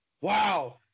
Wow